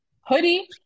hoodie